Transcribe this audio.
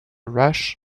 rush